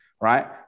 right